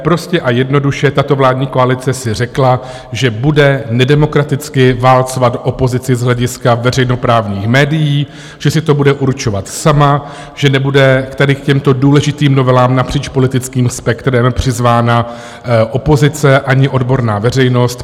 Prostě a jednoduše tato vládní koalice si řekla, že bude nedemokraticky válcovat opozici z hlediska veřejnoprávních médií, že si to bude určovat sama, že nebude tady k těmto důležitým novelám napříč politickým spektrem přizvána opozice ani odborná veřejnost.